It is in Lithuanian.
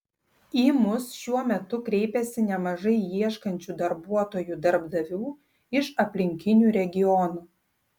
į mus šiuo metu kreipiasi nemažai ieškančių darbuotojų darbdavių iš aplinkinių regionų